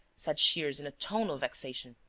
said shears, in a tone of vexation.